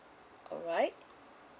alright